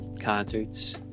concerts